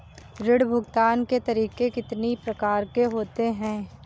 ऋण भुगतान के तरीके कितनी प्रकार के होते हैं?